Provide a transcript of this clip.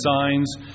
signs